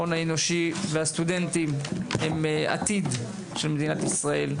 ההון האנושי והסטודנטים הם העתיד של מדינת ישראל.